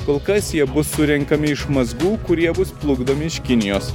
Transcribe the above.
kol kas jie bus surenkami iš mazgų kurie bus plukdomi iš kinijos